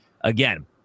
again